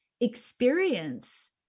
experience